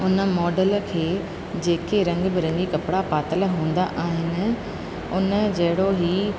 उन मॉडल खे जेके रंग बिरंगी कपिड़ा पातल हूंदा आहिनि उन जहिड़ो ई